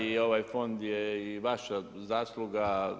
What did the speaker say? I ovaj fond je i vaša zasluga.